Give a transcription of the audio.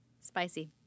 Spicy